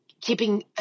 keeping